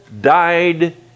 died